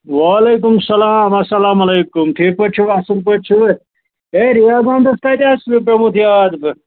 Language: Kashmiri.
وعلیکُم سَلام اَسلام علیکُم ٹھیٖک پٲٹھۍ چھِوٕ اَصٕل پٲٹھۍ چھِوٕ ہے رِیاض احمدَس کَتہِ آسہٕ پیوٚمُت یاد بہٕ